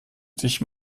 dich